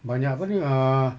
banyak apa ni err